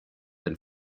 and